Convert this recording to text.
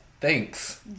thanks